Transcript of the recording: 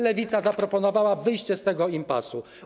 Lewica zaproponowała wyjście z tego impasu.